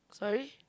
sorry